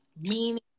meaning